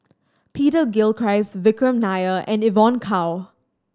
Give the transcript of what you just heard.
Peter Gilchrist Vikram Nair and Evon Kow